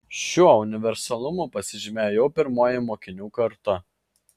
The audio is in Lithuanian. šiuo universalumu pasižymėjo jau pirmoji mokinių karta